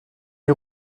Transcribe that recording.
les